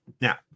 Now